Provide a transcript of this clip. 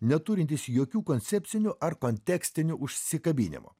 neturintis jokių koncepcinių ar kontekstinių užsikabinimų